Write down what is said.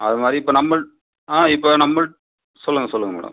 அது மாதிரி இப்போ நம்மல் ஆ இப்போ நம்மல் சொல்லுங்கள் சொல்லுங்கள் மேடம்